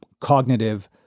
cognitive